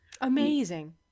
amazing